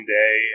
day